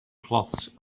cloths